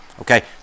okay